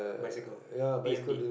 bicycle P_N_G